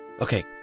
Okay